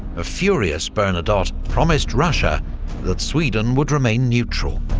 a furious bernadotte promised russia that sweden would remain neutral.